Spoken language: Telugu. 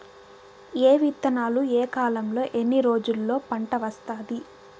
ఏ విత్తనాలు ఏ కాలంలో ఎన్ని రోజుల్లో పంట వస్తాది?